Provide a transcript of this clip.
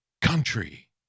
country